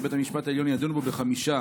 שבית המשפט העליון ידון בו בחמישה